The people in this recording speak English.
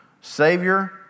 Savior